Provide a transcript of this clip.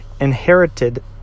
inherited